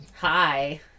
Hi